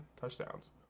touchdowns